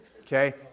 Okay